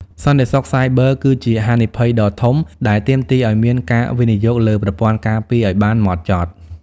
សន្តិសុខសាយប័រគឺជាហានិភ័យដ៏ធំដែលទាមទារឱ្យមានការវិនិយោគលើប្រព័ន្ធការពារឱ្យបានហ្មត់ចត់។